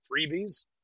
freebies